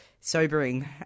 sobering